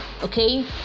okay